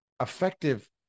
effective